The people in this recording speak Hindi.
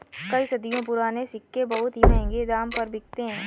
कई सदियों पुराने सिक्के बहुत ही महंगे दाम पर बिकते है